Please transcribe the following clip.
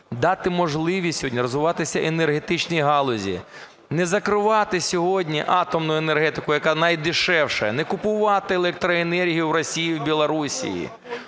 дати можливість сьогодні розвиватися енергетичній галузі, не закривати сьогодні атомну енергетику, яка найдешевша, не купувати електроенергію в Росії і в Білорусі,